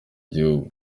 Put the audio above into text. gihugu